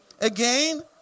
Again